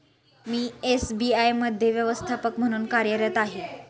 मी SBI मध्ये व्यवस्थापक म्हणून कार्यरत आहे